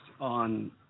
on